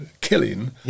killing